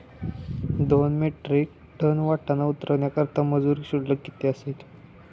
दोन metric tonne वाटाणा उतरवण्याकरता मजूर शुल्क किती असेल?